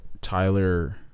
Tyler